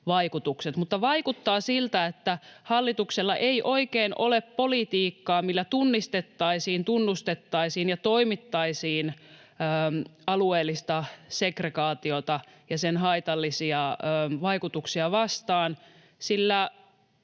vaikuttaa siltä, että hallituksella ei oikein ole politiikkaa, millä tunnistettaisiin ja tunnustettaisiin alueellista segregaatiota ja sen haitallisia vaikutuksia ja